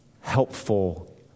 helpful